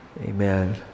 Amen